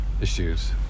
issues